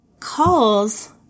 Calls